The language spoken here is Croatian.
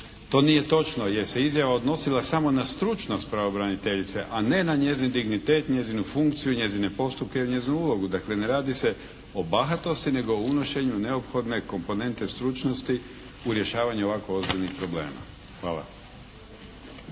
To nije točno jer se izjava odnosila samo na stručnost pravobraniteljice a ne na njezin dignitet, njezinu funkciju, njezine postupke i njezinu ulogu. Dakle, ne radi se o bahatosti nego o unošenju neophodne komponente stručnosti u rješavanju ovako ozbiljnih problema. Hvala.